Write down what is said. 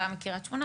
באה מקרית שמונה,